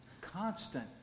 constant